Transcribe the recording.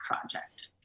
project